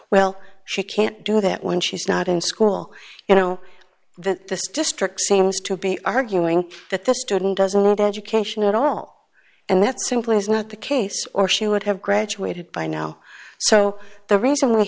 well she can't do that when she's not in school you know that this district seems to be arguing that the student doesn't need education at all and that simply is not the case or she would have graduated by now so the reason we